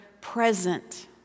present